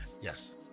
yes